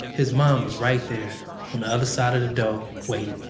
his mom was right there on the other side of the door waiting.